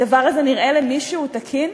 הדבר הזה נראה למישהו תקין?